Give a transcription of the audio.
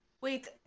Wait